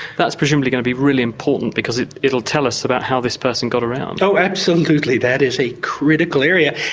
that's presumably going to be really important because it'll it'll tell us about how this person got around. absolutely, that is a critical area.